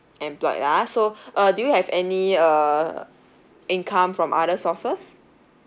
employed lah so uh do you have any uh income from other sources